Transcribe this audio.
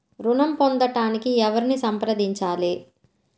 ఋణం పొందటానికి ఎవరిని సంప్రదించాలి?